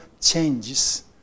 changes